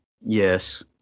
Yes